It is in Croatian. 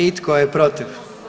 I tko je protiv?